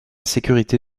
sécurité